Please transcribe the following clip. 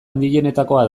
handienetakoa